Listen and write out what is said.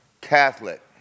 Catholic